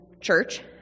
church